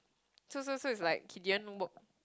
so so so is like he didn't work